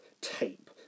tape